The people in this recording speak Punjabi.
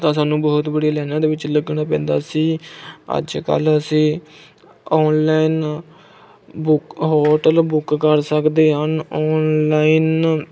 ਤਾਂ ਸਾਨੂੰ ਬਹੁਤ ਬੜੀਆਂ ਲਾਈਨਾਂ ਵਿਚ ਲੱਗਣਾ ਪੈਂਦਾ ਸੀ ਅੱਜ ਕੱਲ੍ਹ ਅਸੀਂ ਔਨਲਾਈਨ ਬੁੱਕ ਹੋਟਲ ਬੁੱਕ ਕਰ ਸਕਦੇ ਹਨ ਔਨਲਾਈਨ